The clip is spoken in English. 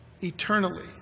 eternally